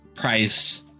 Price